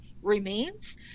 remains